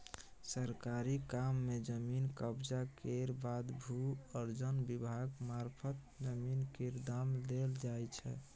सरकारी काम मे जमीन कब्जा केर बाद भू अर्जन विभाग मारफत जमीन केर दाम देल जाइ छै